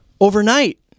Overnight